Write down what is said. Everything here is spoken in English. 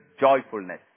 joyfulness